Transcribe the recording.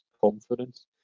confidence